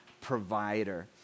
provider